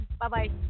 Bye-bye